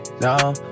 No